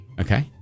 Okay